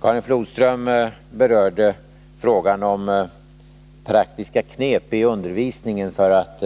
Karin Flodström berörde frågan om praktiska knep i undervisningen för att